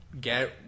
get